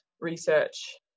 research